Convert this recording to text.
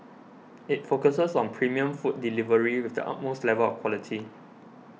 it focuses on premium food delivery with the utmost level of quality